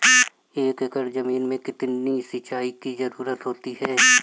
एक एकड़ ज़मीन में कितनी सिंचाई की ज़रुरत होती है?